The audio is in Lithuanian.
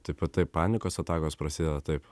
taip pat tai panikos atakos prasideda taip